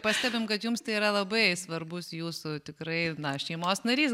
pastebim kad jums tai yra labai svarbus jūsų tikrai na šeimos narys